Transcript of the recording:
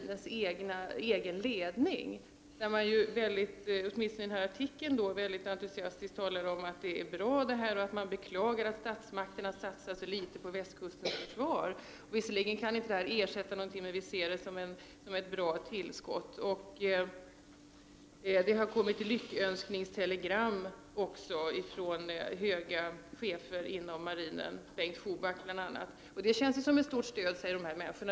Denna ledning talar ju i artikeln i tidningen mycket entusiastiskt om hur bra detta är, och man beklagar att statsmakterna satsar så litet på västkustens försvar. Man säger att detta visserligen inte kan ersätta något annat, men att man ser det som ett bra tillskott. Det har också kommit lyckönskningstelegram från höga chefer inom marinen, bl.a. Bengt Schuback, och man säger att detta känns som ett stort stöd.